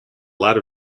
lot